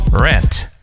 Rent